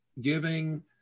giving